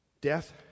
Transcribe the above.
death